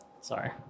Sorry